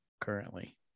currently